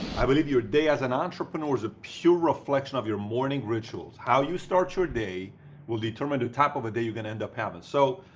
i believe your day as an entrepreneur is a pure reflection of your morning rituals. how you start your day will determine the type of day you're going to end up having. so,